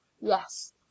yes